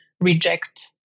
reject